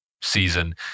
season